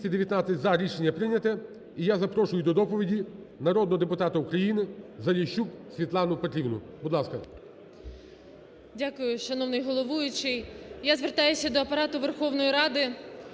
Дякую, шановний головуючий. Я звертаюся до Апарату Верховної Ради